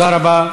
תודה רבה.